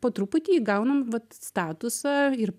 po truputį įgaunam vat statusą ir